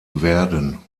werden